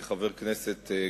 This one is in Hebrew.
כחבר הכנסת,